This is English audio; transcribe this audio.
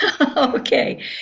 Okay